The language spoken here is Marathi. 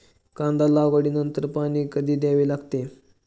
कांदा लागवडी नंतर पाणी कधी द्यावे लागते?